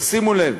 תשימו לב,